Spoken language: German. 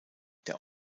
der